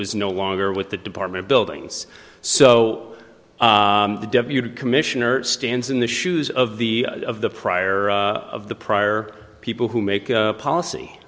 was no longer with the department of buildings so the deputy commissioner stands in the shoes of the of the prior of the prior people who make policy